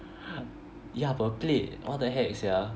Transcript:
yeah per plate what the heck sia